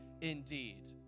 indeed